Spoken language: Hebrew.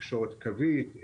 תקשורת קווית,